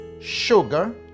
sugar